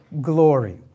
glory